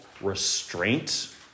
restraint